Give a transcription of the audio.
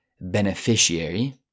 beneficiary